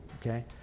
okay